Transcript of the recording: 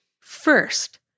First